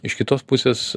iš kitos pusės